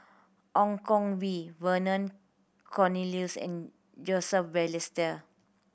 Ong Koh Bee Vernon Cornelius and Joseph Balestier